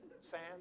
Sand